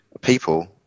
people